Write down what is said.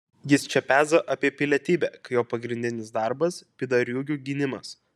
jis čia peza apie pilietybę kai jo pagrindinis darbas pydariūgų gynimas